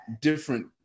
different